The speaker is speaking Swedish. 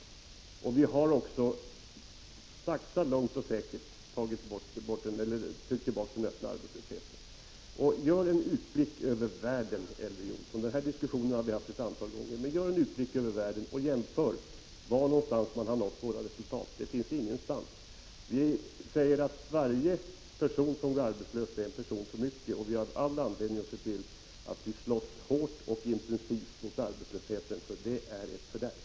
Vi har också, sakta men säkert, trängt tillbaka den öppna arbetslösheten. Vi har fört denna diskussion många gånger, men gör en utblick över världen, Elver Jonsson, och jämför med andra länders arbetslöshet. Var har man nått våra resultat? Ingenstans! Varje person som är arbetslös är en person för mycket. Vi har all anledning att hårt och intensivt slåss mot arbetslösheten, för den är ett fördärv.